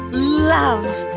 love!